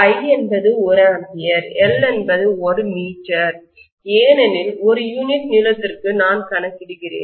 I என்பது 1 A L என்பது 1 m ஏனெனில் ஒரு யூனிட் நீளத்திற்கு நான் கணக்கிடுகிறேன்